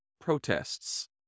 protests